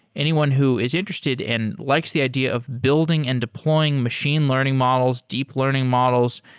anyone who is interested and likes the idea of building and deploying machine learning models, deep learning models,